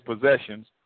possessions